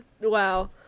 wow